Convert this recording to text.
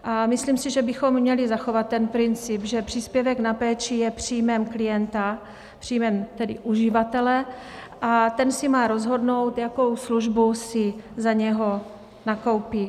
A myslím si, že bychom si měli zachovat ten princip, že příspěvek na péči je příjmem klienta, tedy příjmem uživatele, a ten si má rozhodnout, jakou službu si za něj nakoupí.